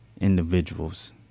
individuals